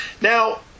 Now